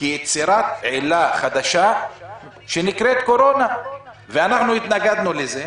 כיצירת עילה חדשה שנקראת קורונה ואנחנו התנגדנו לזה.